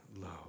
love